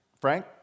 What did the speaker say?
Frank